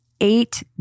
eight